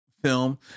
film